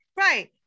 Right